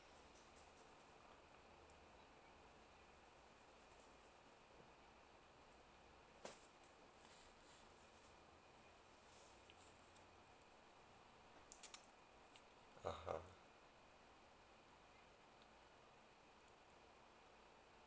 (uh huh)